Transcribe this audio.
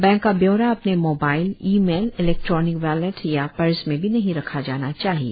bank का ब्योरा अपने mobile email electronic wallet या पर्स में भी नहीं रखा जाना चाहिए